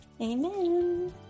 Amen